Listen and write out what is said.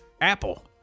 Apple